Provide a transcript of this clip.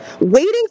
waiting